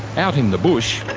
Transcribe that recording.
out in the bush,